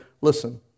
listen